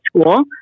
school